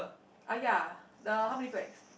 uh ya the how many flags